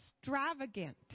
extravagant